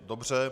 Dobře.